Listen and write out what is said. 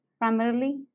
primarily